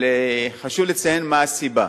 אבל חשוב לציין מה הסיבה.